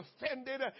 offended